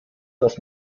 das